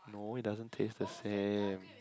no it doesn't taste the same